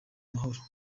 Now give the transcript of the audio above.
umuhoro